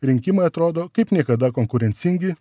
rinkimai atrodo kaip niekada konkurencingi